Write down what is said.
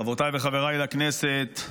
חברותיי וחבריי לכנסת,